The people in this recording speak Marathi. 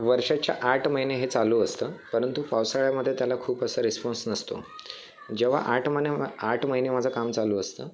वर्षाच्या आठ महिने हे चालू असतं परंतु पावसाळ्यामध्ये त्याला खूप असा रिस्पॉन्स नसतो जेव्हा आठ महिने आठ महिने माझं काम चालू असतं